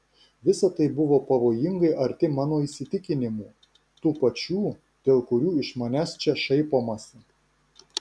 visa tai buvo pavojingai arti mano įsitikinimų tų pačių dėl kurių iš manęs čia šaipomasi